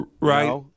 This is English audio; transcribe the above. right